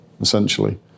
essentially